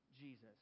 Jesus